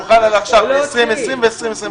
תמחל על עכשיו, על 2020 ו-2021.